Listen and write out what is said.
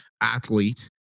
athlete